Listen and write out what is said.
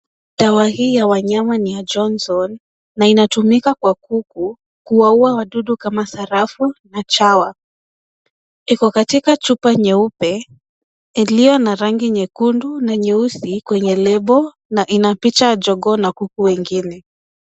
Dawa hii ya wanyama ni ya Johnson, na inatumika kwa kuku kuwaua wadudu kama vile sarafu na chawa. Iko katika chupa nyeupe, iliyo na rangi nyekundu na nyeusi kwenye lebo, na ina picha ya jogoo na kuku wengi.